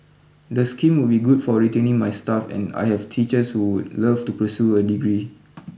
the scheme would be good for retaining my staff and I have teachers who would love to pursue a degree